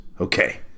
Okay